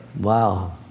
wow